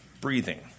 breathing